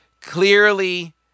clearly